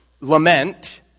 lament